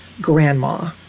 grandma